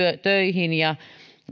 töihin ja